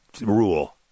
rule